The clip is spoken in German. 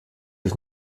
ich